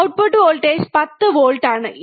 output voltage 10 volt ആണ്